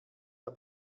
der